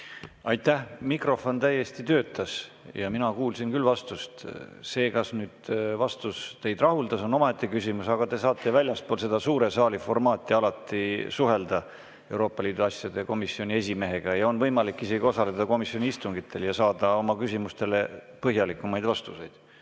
Aitäh! Mikrofon täiesti töötas, mina kuulsin küll vastust. See, kas vastus teid rahuldas, on omaette küsimus, aga te saate väljaspool seda suure saali formaati alati suhelda Euroopa Liidu asjade komisjoni esimehega ja on võimalik isegi osaleda komisjoni istungitel ja saada oma küsimustele põhjalikumaid